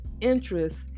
interest